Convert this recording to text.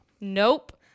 Nope